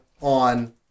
on